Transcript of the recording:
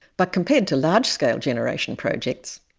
but compared to large-scale generation projects,